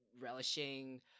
relishing